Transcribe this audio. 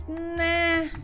nah